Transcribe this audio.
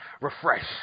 refresh